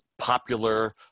popular